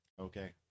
Okay